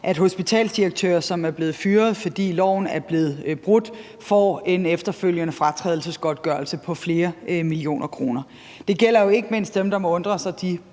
at hospitalsdirektører, som er blevet fyret, fordi loven er blevet brudt, får en efterfølgende fratrædelsesgodtgørelse på flere millioner kroner. Det gælder jo ikke mindst dem, der må undre sig